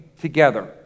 together